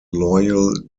loyal